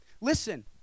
listen